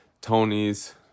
Tony's